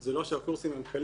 זה לא שהקורסים הם קלים,